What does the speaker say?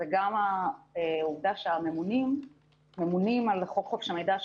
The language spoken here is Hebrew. וגם העובדה שהממונים ממונים על חוק חופש המידע,